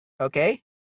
Okay